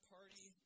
Party